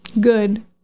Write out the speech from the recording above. Good